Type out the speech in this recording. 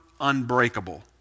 unbreakable